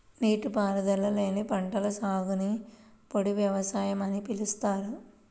నీటిపారుదల లేని పంటల సాగుని పొడి వ్యవసాయం అని పిలుస్తారు